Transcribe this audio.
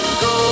go